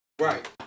right